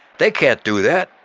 they can't do that.